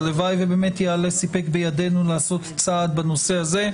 הלוואי ובאמת יעלה סיפק בידינו לעשות צעד בנושא הזה,